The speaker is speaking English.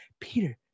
Peter